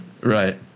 Right